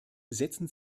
setzen